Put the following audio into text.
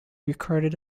recorded